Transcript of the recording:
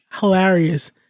hilarious